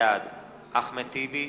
בעד אחמד טיבי,